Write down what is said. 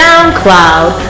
SoundCloud